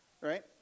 right